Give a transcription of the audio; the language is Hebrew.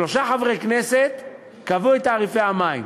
שלושה חברי כנסת קבעו את תעריפי המים,